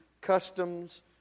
customs